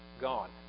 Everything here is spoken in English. gone